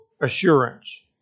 assurance